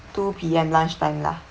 two P_M lunchtime lah